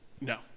No